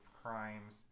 crimes